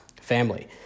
family